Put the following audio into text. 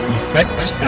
effects